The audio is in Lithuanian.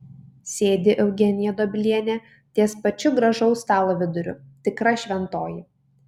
sėdi eugenija dobilienė ties pačiu gražaus stalo viduriu tikra šventoji